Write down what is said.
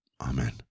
Amen